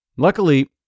Luckily